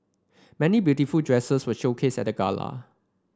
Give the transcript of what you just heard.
many beautiful dresses were showcased at the Gala